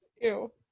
Ew